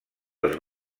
els